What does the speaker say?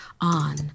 on